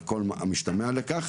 על כל המשתמע לכך,